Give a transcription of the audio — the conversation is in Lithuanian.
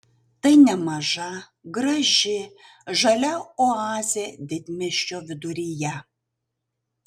tai nemaža graži žalia oazė didmiesčio viduryje